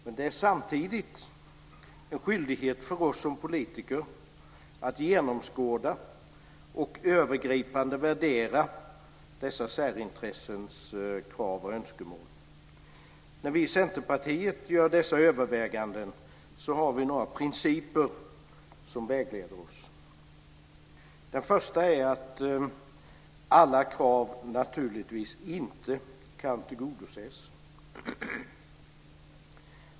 Samtidigt är det en skyldighet för oss politiker att genomskåda och övergripande värdera dessa särintressens krav och önskemål. När vi i Centerpartiet gör dessa överväganden har vi några principer som vägleder oss. En princip är att alla krav naturligtvis inte kan tillgodoses.